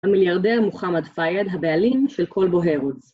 המיליארדר מוחמד פאייד, הבעלים של כולבו "הרודס"